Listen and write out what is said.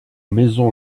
maison